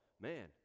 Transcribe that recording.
man